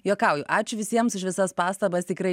juokauju ačiū visiems už visas pastabas tikrai